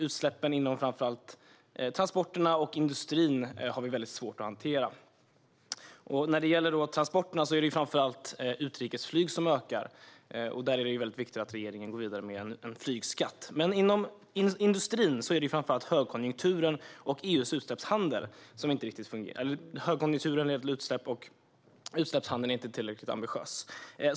Utsläppen från framför allt transporter och industri har vi väldigt svårt att hantera. När det gäller transporterna är det framför allt utrikesflyget som ökar, och där är det viktigt att regeringen går vidare med en flygskatt. Inom industrin är det framför allt högkonjunkturen och EU:s utsläppshandel som inte riktigt fungerar tillsammans - högkonjunkturen leder till utsläpp, och utsläppshandeln är inte tillräckligt ambitiös.